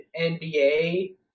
NBA